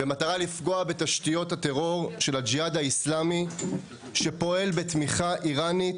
במטרה לפגוע בתשתיות הטרור של הג'יהאד האיסלמי שפועל בתמיכה איראנית,